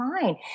fine